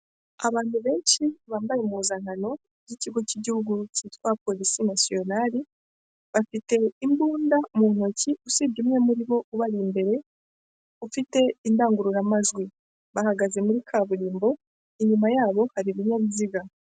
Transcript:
Abantu benshi bambaye impuzankano z'ikigo cy'igihugu cyitwa polilisi nasiyonali bafite imbunda mu ntoki usibye umwe muri bo ubari imbere ufite indangururamajwi bahagaze muri kaburimbo inyuma yabo hari ibinyabiziga.